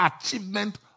achievement